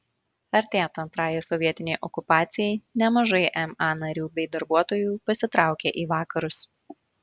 artėjant antrajai sovietinei okupacijai nemažai ma narių bei darbuotojų pasitraukė į vakarus